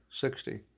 sixty